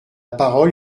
parole